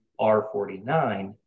R49